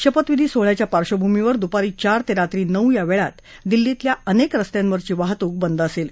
शपथविधी सोहळ्याच्या पार्श्वभूमीवर दुपारी चार ते रात्री नऊ या वेळात दिल्लीतल्या अनेक रस्त्यांवरची वाहतूक बंद असेल